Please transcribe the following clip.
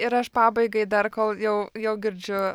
ir aš pabaigai dar kol jau jau girdžiu